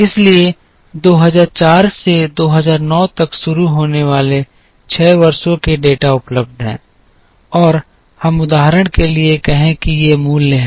इसलिए 2004 से 2009 तक शुरू होने वाले 6 वर्षों के डेटा उपलब्ध हैं और हम उदाहरण के लिए कहें कि ये मूल्य हैं